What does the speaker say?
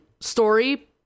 story